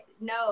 no